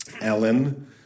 Ellen